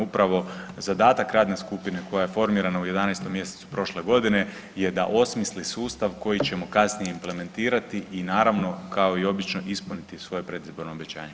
Upravo zadatak radne skupine koja je formirana u 11. mjesecu prošle godine je da osmisli sustav koji ćemo kasnije implementirati i naravno kao i obično ispuniti svoje predizborno obećanje.